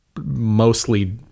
mostly